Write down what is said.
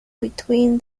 between